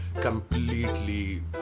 completely